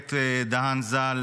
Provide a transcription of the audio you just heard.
שקד דהן ז"ל,